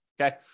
Okay